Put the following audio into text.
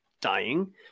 dying